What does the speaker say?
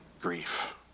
grief